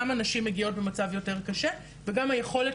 גם הנשים מגיעות למצב יותר קשה וגם היכולת